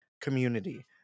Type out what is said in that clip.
community